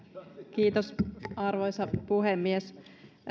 kiitos arvoisa puhemies